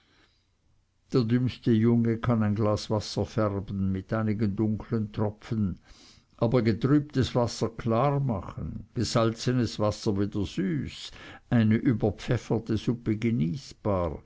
der dümmste junge kann ein glas wasser färben mit einigen dunkeln tropfen aber getrübtes wasser klar machen gesalzenes wasser wieder süß eine überpfefferte